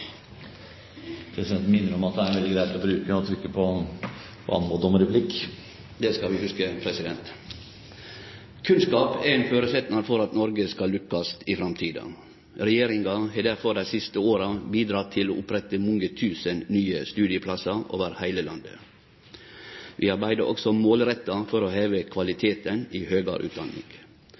Presidenten minner om at det er veldig greit å trykke på knappen for å anmode om replikk. Det skal vi hugse, president! Kunnskap er ein føresetnad for at Noreg skal lukkast i framtida, og regjeringa har derfor dei siste åra medverka til å opprette mange tusen nye studieplassar over heile landet. Vi arbeider også målretta for å heve kvaliteten i høgare utdanning.